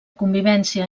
convivència